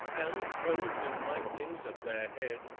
and, clothed in lightnings at their head,